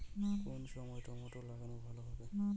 কোন সময় টমেটো লাগালে ভালো হবে?